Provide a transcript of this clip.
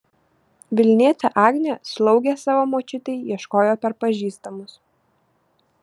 vilnietė agnė slaugės savo močiutei ieškojo per pažįstamus